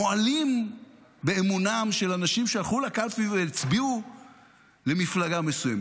מועלים באמונם של אנשים שהלכו לקלפי והצביעו למפלגה מסוימת.